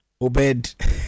Obed